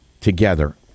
together